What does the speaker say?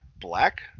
black